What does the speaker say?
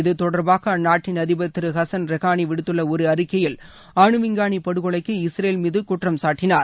இதுதொடர்பாக அந்நாட்டின் அதிபர் திரு ஹஸன் ரொஹானி விடுத்துள்ள ஒரு அறிக்கையில் அணு விஞ்ஞானி படுகொலைக்கு இஸ்ரேல் மீது குற்றம் சாட்டினார்